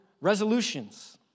resolutions